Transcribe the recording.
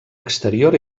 exterior